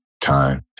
time